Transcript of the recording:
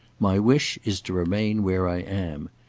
my wish is to remain where i am.